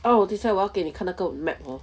oh this sidewalk eh 你看那个 map hor